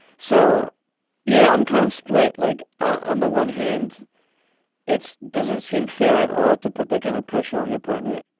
so yeah i'm kind of split like on the one hand it doesn't seem fair at all to put that kind of pressure on your partner.